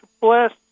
bless